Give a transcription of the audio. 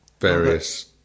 various